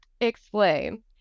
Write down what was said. explain